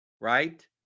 right